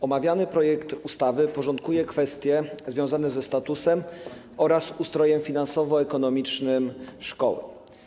Omawiany projekt ustawy porządkuje kwestie związane ze statusem oraz ustrojem finansowo-ekonomicznym szkoły.